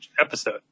episode